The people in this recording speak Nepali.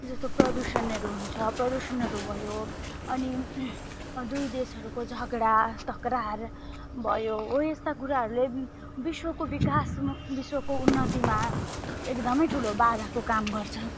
जस्तो प्रदूषणहरू हुन्छ प्रदूषणहरू भयो अनि दुई देशहरूको झगडा तकरार भयो हो त्यस्ता कुराहरूले विश्वको विकास विश्वको उन्नतिमा एकदमै ठुलो बाधाको काम गर्छ